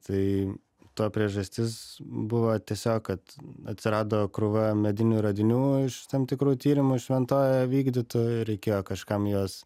tai to priežastis buvo tiesiog kad atsirado krūva medinių radinių iš tam tikrų tyrimų šventojoje vykdytų ir reikėjo kažkam juos